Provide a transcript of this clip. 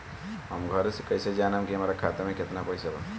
हम घरे से कैसे जानम की हमरा खाता मे केतना पैसा बा?